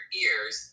ears